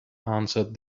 answered